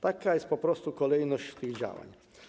Taka jest po prostu kolejność tych działań.